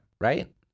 right